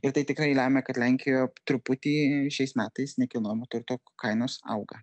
ir tai tikrai lemia kad lenkijoje truputį šiais metais nekilnojamo turto kainos auga